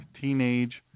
teenage